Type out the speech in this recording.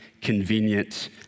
convenient